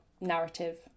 narrative